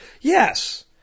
Yes